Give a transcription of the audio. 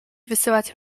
wysyłać